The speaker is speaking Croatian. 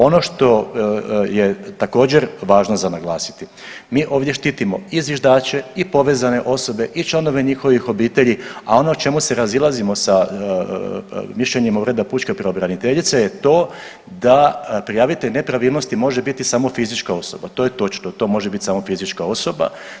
Ono što je također važno za naglasiti, mi ovdje štitimo i zviždače i povezane osobe i članove njihovih obitelji, a ono u čemu se razilazimo sa mišljenjima Ureda pučke pravobraniteljice je to da prijavitelj nepravilnosti može biti samo fizička osoba, to je točno, to može biti samo fizička osoba.